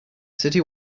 city